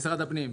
משרד הפנים.